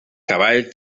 cavall